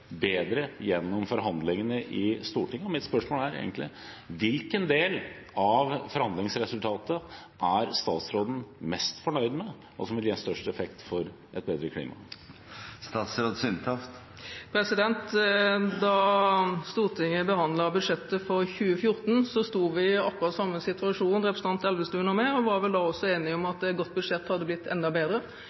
bedre gjennom forhandlingene i Stortinget, og mitt spørsmål er egentlig: Hvilken del av forhandlingsresultatet er statsråden mest fornøyd med og vil gi størst effekt med tanke på et bedre klima? Da Stortinget behandlet budsjettet for 2014, sto vi i akkurat samme situasjon, representanten Elvestuen og jeg, og var vel da også enige om at et godt budsjett hadde blitt enda bedre.